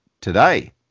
today